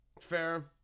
Fair